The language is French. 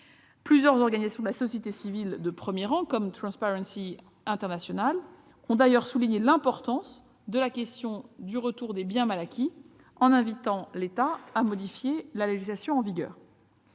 Plusieurs organisations de la société civile de premier rang, comme Transparency International, ont d'ailleurs souligné l'importance de la question du retour des biens mal acquis, en invitant les États à modifier leur législation.